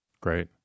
Great